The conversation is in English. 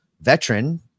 veteran